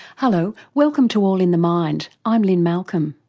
hello, welcome to all in the mind, i'm lynne malcolm.